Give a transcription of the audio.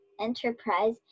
enterprise